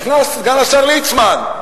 נכנס סגן השר ליצמן.